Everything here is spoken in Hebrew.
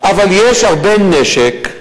וזה לא בראש מעייניהם.